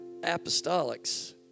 apostolics